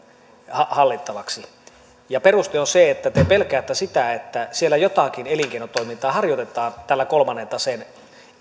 hallittavaksi ja peruste on se että te pelkäätte sitä että siellä jotakin elinkeinotoimintaa harjoitetaan kolmannen taseen